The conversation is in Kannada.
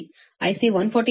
ಆದ್ದರಿಂದ XC 68